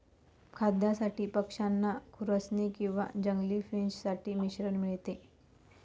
खाद्यासाठी पक्षांना खुरसनी किंवा जंगली फिंच साठी मिश्रण मिळते